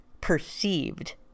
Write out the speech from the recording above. perceived